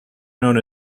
known